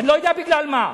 אני לא יודע בגלל מה.